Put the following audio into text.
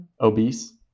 Obese